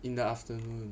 in the afternoon